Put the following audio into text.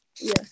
Yes